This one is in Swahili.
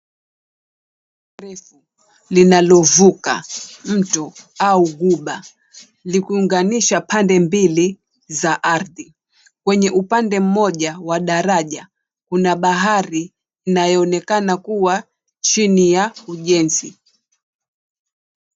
Refu linalovuka mto au guba likiunganisha pande mbili za ardhi. Kwenye upande mmoja wa daraja kuna bahari inayoonekana kuwa chini ya ujenzi.